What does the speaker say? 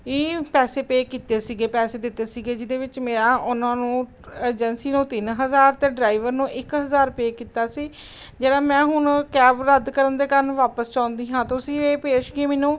ਈ ਪੈਸੇ ਪੇਅ ਕੀਤੇ ਸੀਗੇ ਪੈਸੇ ਦਿੱਤੇ ਸੀਗੇ ਜਿਹਦੇ ਵਿੱਚ ਮੇਰਾ ਉਹਨਾਂ ਨੂੰ ਏਜੰਸੀ ਨੂੰ ਤਿੰਨ ਹਜ਼ਾਰ ਅਤੇ ਡਰਾਈਵਰ ਨੂੰ ਇੱਕ ਹਜ਼ਾਰ ਪੇਅ ਕੀਤਾ ਸੀ ਜਿਹੜਾ ਮੈਂ ਹੁਣ ਕੈਬ ਰੱਦ ਕਰਨ ਦੇ ਕਾਰਨ ਵਾਪਸ ਚਾਹੁੰਦੀ ਹਾਂ ਤੁਸੀਂ ਇਹ ਭੇਜ ਕੇ ਮੈਨੂੰ